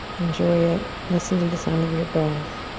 enjoy it, listen to the sound of your breath.